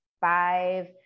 five